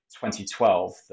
2012